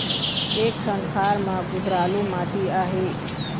एक ठन खार म कुधरालू माटी आहे?